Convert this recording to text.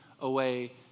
away